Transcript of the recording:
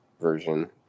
version